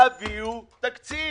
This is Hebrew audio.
תביאו תקציב.